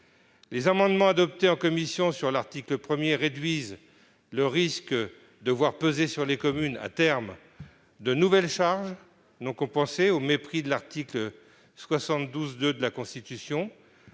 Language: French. Les amendements adoptés en commission à l'article 1 réduisent le risque de voir peser sur les communes, à terme, de nouvelles charges non compensées, au mépris de l'article 72-2 de la Constitution.